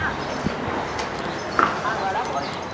हा हा वड़ा पाव ई ॾींदाऔ